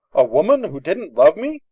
a woman who didn't love me?